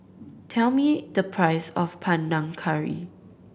tell me the price of Panang Curry